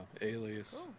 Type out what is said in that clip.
Alias